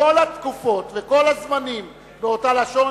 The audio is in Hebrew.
כל התקופות וכל הזמנים באותה לשון,